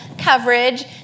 coverage